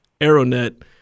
Aeronet